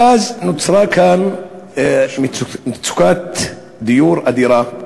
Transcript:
ואז נוצרה כאן מצוקת דיור אדירה,